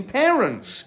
parents